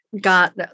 got